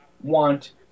want